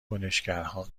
کنشگرها